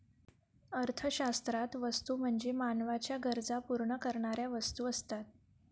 अर्थशास्त्रात वस्तू म्हणजे मानवाच्या गरजा पूर्ण करणाऱ्या वस्तू असतात